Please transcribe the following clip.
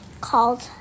called